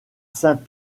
saint